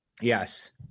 Yes